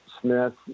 Smith